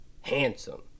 handsome